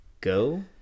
go